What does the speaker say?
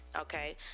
okay